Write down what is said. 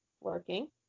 working